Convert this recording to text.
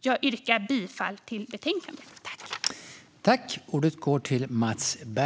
Jag yrkar bifall till utskottets förslag i betänkandet.